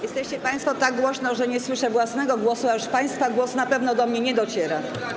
Jesteście państwo tak głośno, że nie słyszę własnego głosu, a już państwa głos na pewno do mnie nie dociera.